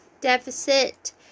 deficit